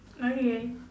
okay